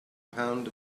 pound